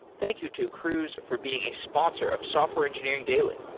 thank you to cruise for being a sponsor of software engineering daily